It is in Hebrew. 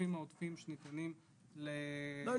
התעריפים העודפים שניתנים לגגות --- לא,